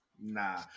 Nah